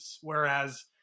Whereas